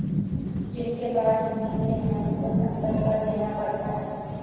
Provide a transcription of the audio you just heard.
जिनके पास जमीने हैं उनको संपत्ति कर देना पड़ता है